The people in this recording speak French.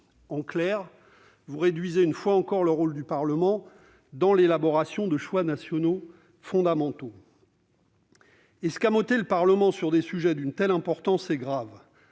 dit, vous réduisez une fois encore le rôle du Parlement dans l'élaboration de choix nationaux fondamentaux. Escamoter le Parlement sur des sujets d'une telle importance est grave,